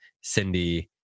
Cindy